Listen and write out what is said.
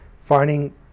finding